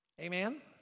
Amen